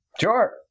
Sure